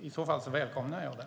I så fall välkomnar jag det.